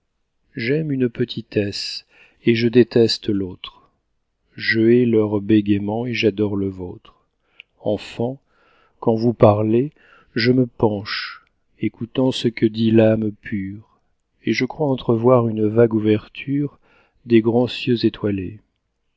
j'aime une petitesse et je déteste l'autre je hais leur bégaiement et j'adore le vôtre enfants quand vous parlez je me penche écoutant ce que dit l'âme pure et je crois entrevoir une vague ouverture des grands cieux étoilés